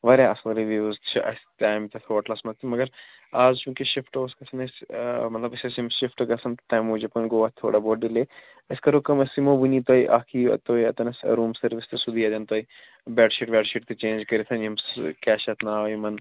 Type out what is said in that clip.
وارِیاہ اصٕل رِوِوٕز چھِ اسہِ تام تتھ ہوٹلس تہٕ مگر آز چھُ وُنکیٚس شفٹہٕ اوس گَژھُن اسہِ ٲں مطلب أسۍ ٲسۍ یِم شفٹہٕ گژھن تَمہِ موٗجوٗب گوٚو اَتھ تھوڑا بہت ڈِلے أسۍ کَرو کٲم أسۍ یِمو وُنی تۄہہِ اَکھ یِیہِ تۄہہِ اَتنس روٗم سٔروِس تہٕ سُہ دِی اَتیٚن تۄہہِ بیٚڈ شیٖٹ ویٚڈ شیٖٹ تہِ چینٛج کٔرِتھ یِم کیٛاہ چھِ یَتھ ناو یِمن